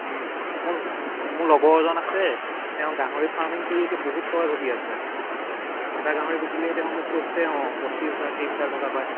মোৰ অঁ মোৰ লগৰ এজন আছে তেওঁ গাহৰি ফাৰ্মিং কৰিয়ে এতিয়া বহুত টকা ঘটি আছে এটা গাহৰি বিকিলে তেওঁ মোক কৈছে অঁ পঁচিছ হাজাৰ ত্ৰিছ হাজাৰ টকা পায়